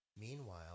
meanwhile